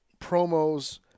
promos